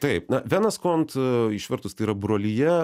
taip na venas kont išvertus tai yra brolija